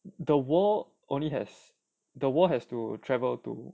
the world only has the world has to travel to